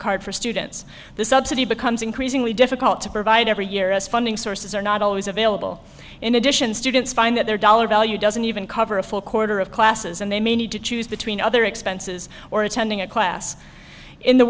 card for students the subsidy becomes increasingly difficult to provide every year as funding sources are not always available in addition students find that their dollar value doesn't even cover a full quarter of classes and they may need to choose between other expenses or attending a class in the